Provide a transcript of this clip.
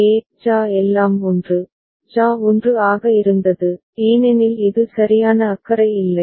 ஏ JA எல்லாம் 1 JA 1 ஆக இருந்தது ஏனெனில் இது சரியான அக்கறை இல்லை